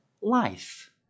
life